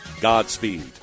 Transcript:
Godspeed